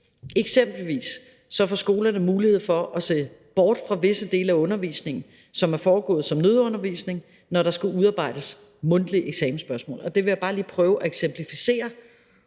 Eksempelvis får skolerne mulighed for at se bort fra visse dele af undervisningen, som er foregået som nødundervisning, når der skal udarbejdes mundtlige eksamensspørgsmål. Det vil jeg bare lige prøve at eksemplificere.